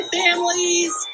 families